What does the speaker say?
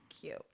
cute